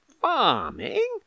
Farming